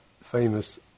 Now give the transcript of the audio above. famous